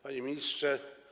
Panie Ministrze!